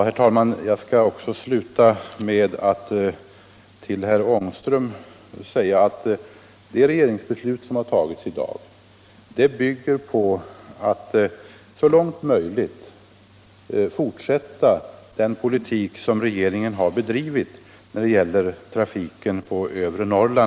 Herr talman! Till herr Ångström vill jag säga att det regeringsbeslut som fattats i dag bygger på att vi så långt det är möjligt skall fortsätta den politik som regeringen har bedrivit när det gäller trafiken på övre Norrland.